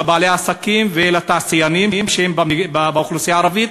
לבעלי עסקים ולתעשיינים שהם באוכלוסייה הערבית,